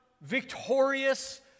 victorious